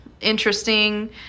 interesting